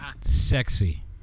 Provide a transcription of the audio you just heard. sexy